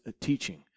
teaching